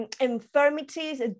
infirmities